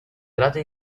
grado